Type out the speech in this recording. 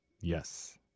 Yes